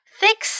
Thick